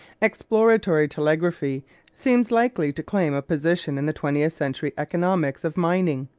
exploratory telegraphy seems likely to claim a position in the twentieth century economics of mining,